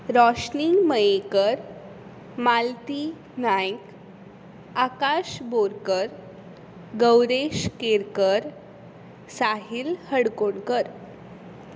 Roshni Mayenkar Malti Naik Akash Borkar Gauresh Kerkar Sahil Hadkodkar